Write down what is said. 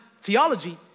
Theology